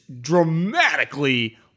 dramatically